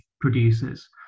producers